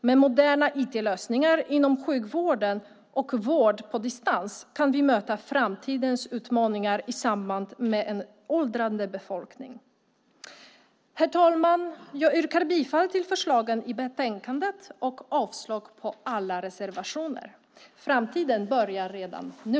Med moderna IT-lösningar inom sjukvården och vård på distans kan vi möta framtidens utmaningar i samband med en åldrande befolkning. Herr talman! Jag yrkar bifall till förslagen i betänkandet och avslag på alla reservationer. Framtiden börjar redan nu.